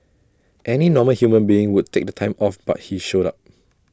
any normal human being would take time off but he showed up